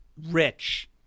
rich